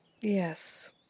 Yes